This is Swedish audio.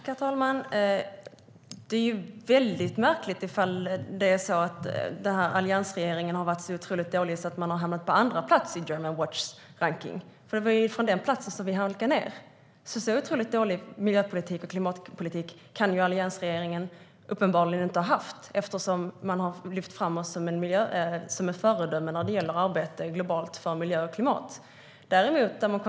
Herr talman! Det är väldigt märkligt om alliansregeringen har varit så otroligt dålig att den har hamnat på andra plats i Germanwatchs rankning. Det var från den platsen som vi halkade ned. Så otroligt dålig miljöpolitik och klimatpolitik kan alliansregeringen uppenbarligen inte ha haft, eftersom man har lyft fram oss som ett föredöme när det gäller globalt arbete för miljö och klimat.